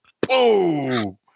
boom